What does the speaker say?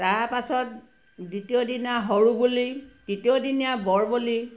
তাৰপাছত দ্বিতীয় দিনা সৰু বলি তৃতীয় দিনা বৰ বলি